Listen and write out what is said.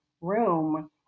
room